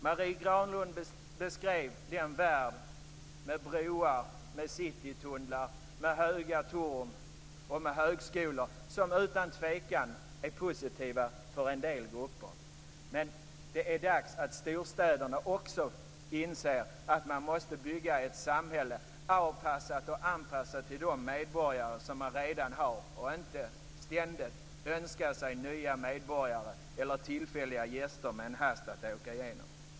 Marie Granlund beskrev den värld med broar, citytunnlar, höga torn och högskolor som utan tvekan är positiv för en del grupper. Men det är dags att storstäderna också inser att man måste bygga ett samhälle avpassat och anpassat för de medborgare som man redan har, och inte ständigt önska sig nya medborgare eller tillfälliga gäster.